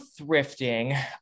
thrifting